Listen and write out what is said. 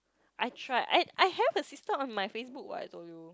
I tried I I have her sister on my Facebook what I told you